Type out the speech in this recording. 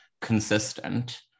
consistent